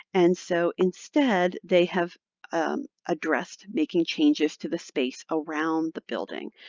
and so instead, they have addressed making changes to the space around the building.